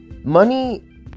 money